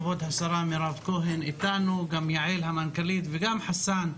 כבוד השרה מירב כהן אתנו, גם יעל המנכ"לית וחסאן,